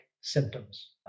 symptoms